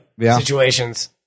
situations